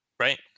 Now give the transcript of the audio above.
right